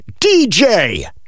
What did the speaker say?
DJ